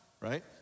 right